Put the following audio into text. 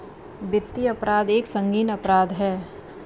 वित्तीय अपराध एक संगीन अपराध है